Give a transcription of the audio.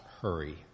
hurry